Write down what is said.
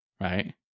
right